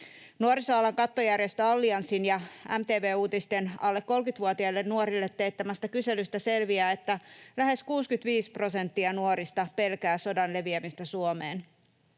Nuorisoalan kattojärjestön Allianssin ja MTV Uutisten alle 30-vuotiaille nuorille teettämästä kyselystä selviää, että lähes 65 prosenttia nuorista pelkää sodan leviämistä Suomeen.